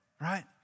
right